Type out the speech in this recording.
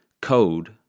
code